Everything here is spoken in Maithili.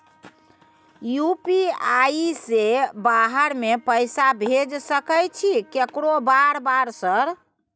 यु.पी.आई से बाहर में पैसा भेज सकय छीयै केकरो बार बार सर?